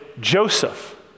Joseph